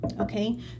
Okay